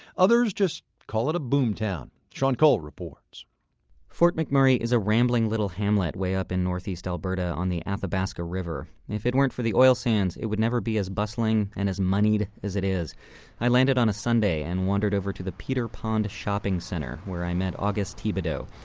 others just call it a boomtown sean cole reports fort mcmurray is rambling little hamlet way up in northeast alberta on the athabasca river. if it weren't for the oil sands, it would never be as bustling and as moneyed as it is i landed on a sunday and wandered over to the peter pond shopping center where i met auguste thibodeau.